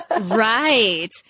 Right